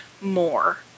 more